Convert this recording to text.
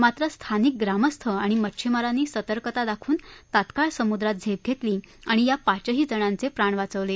मात्र स्थानिक ग्रामस्थ आणि मच्छिमारांनी सतर्कता दाखवून तात्काळ समुद्रात झेप घेतली आणि या पाचही जणांचे प्राण वाचवले